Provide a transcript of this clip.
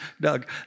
Doug